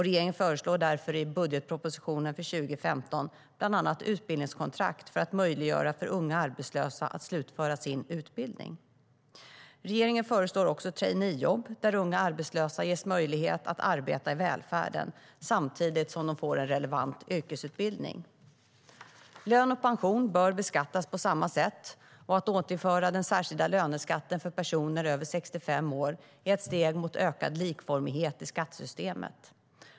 Regeringen föreslår därför i budgetpropositionen för 2015 bland annat utbildningskontrakt för att möjliggöra för unga arbetslösa att slutföra sin utbildning. Regeringen föreslår också traineejobb, där unga arbetslösa ges möjlighet att arbeta i välfärden samtidigt som de får en relevant yrkesutbildning. Lön och pension bör beskattas på samma sätt. Att återinföra den särskilda löneskatten för personer över 65 år är ett steg mot ökad likformighet i skattesystemet.